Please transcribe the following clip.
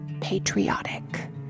patriotic